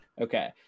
okay